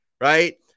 right